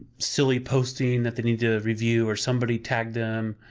silly posting that they need to review or somebody tagged them,